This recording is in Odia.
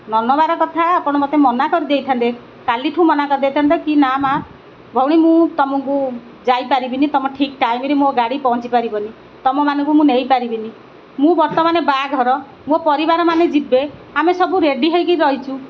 ନ ନବାର କଥା ଆପଣ ମୋତେ ମନା କରିଦେଇଥାନ୍ତେ କାଲିଠୁ ମନା କରିଦେଇଥାନ୍ତେ କି ନା ମା ଭଉଣୀ ମୁଁ ତମକୁ ଯାଇପାରିବିନି ତମ ଠିକ୍ ଟାଇମ୍ରେ ମୋ ଗାଡ଼ି ପହଞ୍ଚିପାରିବନି ତୁମମାନଙ୍କୁ ମୁଁ ନେଇପାରିବିନି ମୁଁ ବର୍ତ୍ତମାନେ ବାହାଘର ମୋ ପରିବାର ମାନେ ଯିବେ ଆମେ ସବୁ ରେଡ଼ି ହେଇକି ରହିଛୁ